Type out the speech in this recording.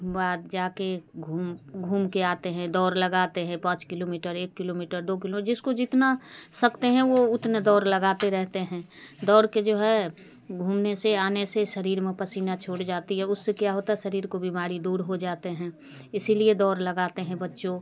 बाहर जा के घूम घूम के आते हैं दौड़ लगाते हैं पाँच किलोमीटर एक किलोमीटर दो किलो जिसको जितना सकते हैं वो उतना दौड़ लगाते रहते हैं दौड़ के जो है घूमने से आने से शरीर में पसीना छूट जाता है उससे क्या होता है शरीर की बीमारी दूर हो जाते हैं इसीलिए दौड़ लगाते हैं बच्चों